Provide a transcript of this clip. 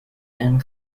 and